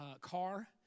car